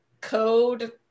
code